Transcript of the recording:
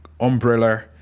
umbrella